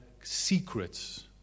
secrets